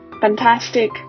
fantastic